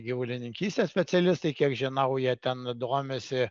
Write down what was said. gyvulininkystės specialistai kiek žinau jie ten domisi